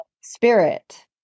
spirit